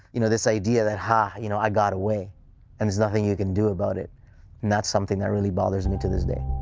you know this idea that, ha! you know, i got away and there's nothing you can do about it. and that's something that really bothers me to this day.